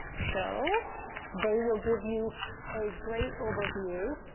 so they will give you a great overview